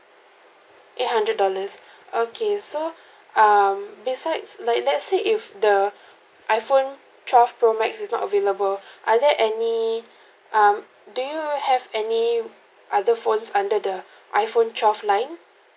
eight hundred dollars okay so um besides like let's say if the iPhone twelve pro max is not available are there any um do you have any other phones under the iPhone twelve line